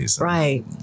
Right